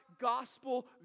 gospel